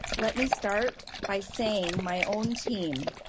let me start by saying my own team.